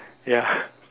ya